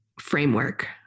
framework